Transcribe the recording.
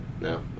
no